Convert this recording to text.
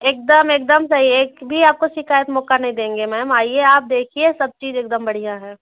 एक दम एक दम सही है एक भी आपको शिकायतक मोक़ा नहीं देंगे मैम आइए आप देखिए सब चीज़ एक दम बढ़िया है